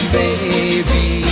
baby